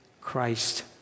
Christ